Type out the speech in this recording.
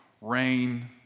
rain